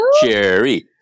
cherry